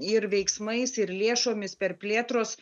ir veiksmais ir lėšomis per plėtros